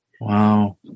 Wow